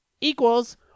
Equals